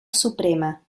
suprema